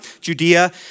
Judea